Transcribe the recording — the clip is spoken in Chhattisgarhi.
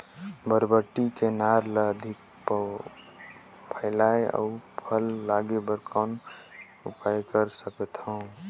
बरबट्टी के नार ल अधिक फैलाय अउ फल लागे बर कौन उपाय कर सकथव?